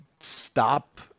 Stop